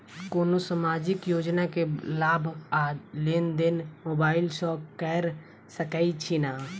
कोनो सामाजिक योजना केँ लाभ आ लेनदेन मोबाइल सँ कैर सकै छिःना?